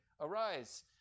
arise